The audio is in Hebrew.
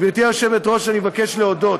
גברתי היושבת-ראש, אני מבקש להודות: